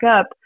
up